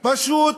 פשוט